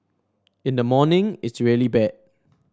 in the morning it's really bad